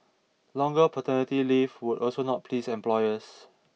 longer paternity leave would also not please employers